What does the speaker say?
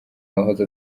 wahoze